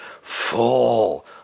full